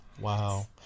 wow